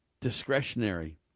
discretionary